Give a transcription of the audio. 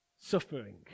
suffering